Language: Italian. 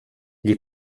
gli